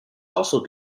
also